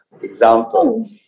example